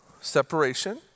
Separation